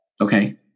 Okay